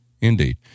indeed